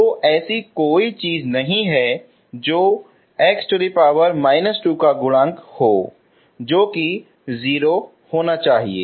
तो ऐसी कोई चीज नहीं है जो x−2का गुणांक हो जो कि 0 होना चाहिए